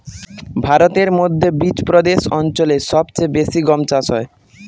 ভারতের মধ্যে বিচপ্রদেশ অঞ্চলে সব চেয়ে বেশি গম চাষ হয়